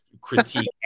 critique